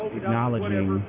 acknowledging